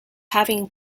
having